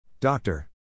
Doctor